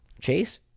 Chase